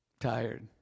tired